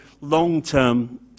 long-term